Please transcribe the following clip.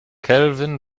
kelvin